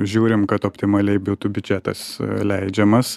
žiūrim kad optimaliai būtų biudžetas leidžiamas